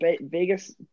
Vegas